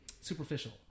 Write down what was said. superficial